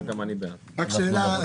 רק שאלה קטנה,